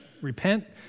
repent